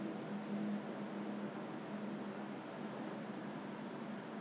oh I see !alamak! 这样我浪费了我的 benefit leh